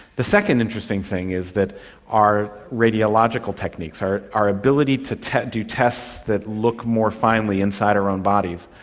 the second interesting thing is that our radiological techniques, our our ability to to do tests that look more finely inside our own bodies,